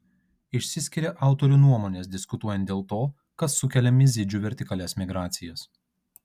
išsiskiria autorių nuomonės diskutuojant dėl to kas sukelia mizidžių vertikalias migracijas